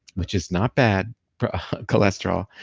which is not bad cholesterol,